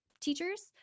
teachers